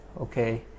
okay